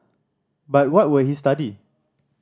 but what would he study